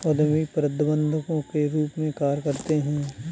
उद्यमी प्रबंधकों के रूप में कार्य करते हैं